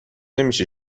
نمیشه